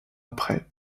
après